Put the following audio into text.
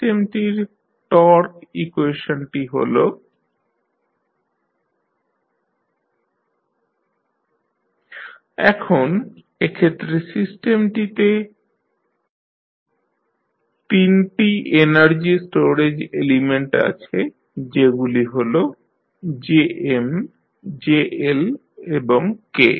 সিস্টেমটির টর্ক ইকুয়েশনটি হল d2mdt2 BmJmdmtdt KJmmt Lt1JmTmt Kmt LJLd2Ldt2 এখন এক্ষেত্রে সিস্টেমটিতে 3 টি এনার্জি স্টোরেজ এলিমেন্ট আছে যেগুলি হল Jm JL এবং K